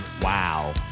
wow